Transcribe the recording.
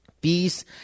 Peace